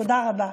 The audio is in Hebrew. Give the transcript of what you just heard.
תודה רבה.